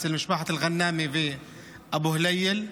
אצל משפחת אל-ע'נאמי ואבו אל-הייל,